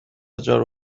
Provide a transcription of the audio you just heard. جارو